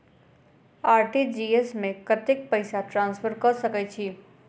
RTGS मे कतेक पैसा ट्रान्सफर कऽ सकैत छी?